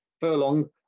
furlong